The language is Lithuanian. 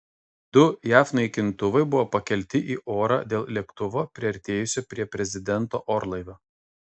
du jav naikintuvai buvo pakelti į orą dėl lėktuvo priartėjusio prie prezidento orlaivio